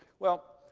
well,